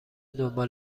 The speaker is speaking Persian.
دنبال